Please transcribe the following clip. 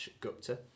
Gupta